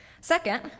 Second